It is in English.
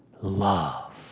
love